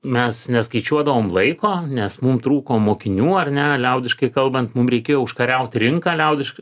mes neskaičiuodavom laiko nes mum trūko mokinių ar ne liaudiškai kalbant mum reikėjo užkariauti rinką liaudišką